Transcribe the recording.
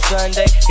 Sunday